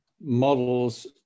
models